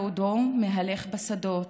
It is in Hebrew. בעודו מהלך בשדות,